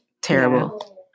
Terrible